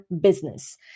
business